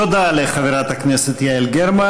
תודה לחברת הכנסת יעל גרמן.